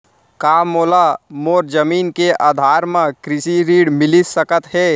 का मोला मोर जमीन के आधार म कृषि ऋण मिलिस सकत हे?